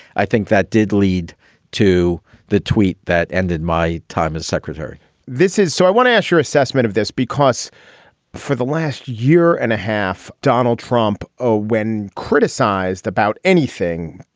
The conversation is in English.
i think that did lead to the tweet that ended my time as secretary this is so i want to ask your assessment of this, because for the last year and a half. donald trump, oh, when criticized about anything,